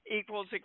equals